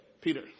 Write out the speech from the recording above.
Peter